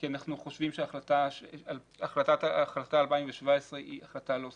כי אנחנו חושבים שהחלטה 2017 היא החלטה לא סבירה.